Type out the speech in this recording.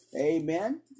Amen